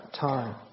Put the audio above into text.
time